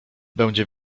będzie